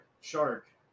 shark